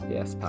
Yes